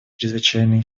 чрезвычайные